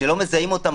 לא מזהים אותם,